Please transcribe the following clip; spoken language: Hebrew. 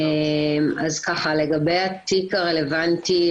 אז לגבי התיק הרלוונטי,